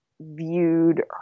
viewed